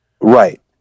Right